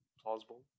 plausible